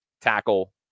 tackle